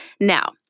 Now